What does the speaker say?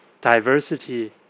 diversity